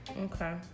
Okay